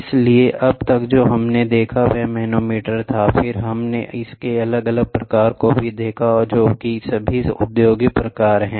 इसलिए अब तक जो हमने देखा वह मैनोमीटर था और फिर हमने इसके अलग अलग प्रकार को भी देखा था जो सभी औद्योगिक प्रकार हैं